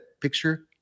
picture